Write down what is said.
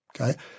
okay